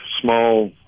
small